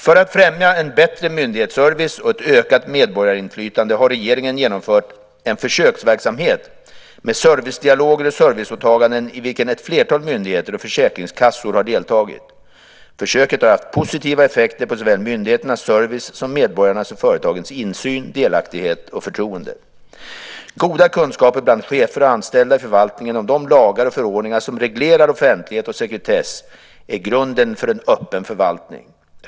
För att främja en bättre myndighetsservice och ett ökat medborgarinflytande har regeringen genomfört en försöksverksamhet med servicedialoger och serviceåtaganden i vilken ett flertal myndigheter och försäkringskassor har deltagit. Försöket har haft positiva effekter på såväl myndigheternas service som medborgarnas och företagens insyn, delaktighet och förtroende. Goda kunskaper bland chefer och anställda i förvaltningen om de lagar och förordningar som reglerar offentlighet och sekretess är grunden för en öppen förvaltning.